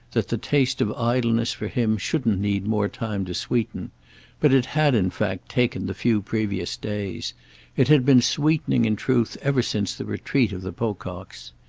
that the taste of idleness for him shouldn't need more time to sweeten but it had in fact taken the few previous days it had been sweetening in truth ever since the retreat of the pococks.